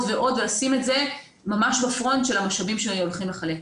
ועוד ולשים את זה ממש בפרונט של המשאבים שהולכים לחלק.